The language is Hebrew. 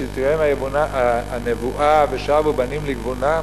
כשתהיה הנבואה "ושבו בנים לגבולם",